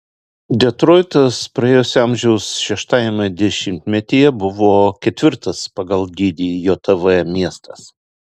detroitas praėjusio amžiaus šeštajame dešimtmetyje buvo ketvirtas pagal dydį jav miestas